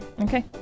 Okay